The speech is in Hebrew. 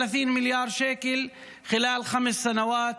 חבר הכנסת מיקי לוי.